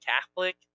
Catholic